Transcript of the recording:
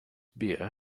beer